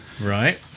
Right